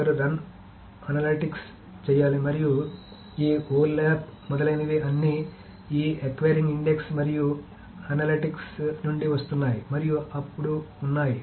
ఒకరు run analytics చేయాలి మరియు ఈ ఓ ల్యాప్ మొదలైనవి అన్నీ ఆ క్వెయిరింగ్ ఇండెక్సింగ్ మరియు అనలిటిక్స్ నుండి వస్తున్నాయి మరియు అప్పుడు ఉన్నాయి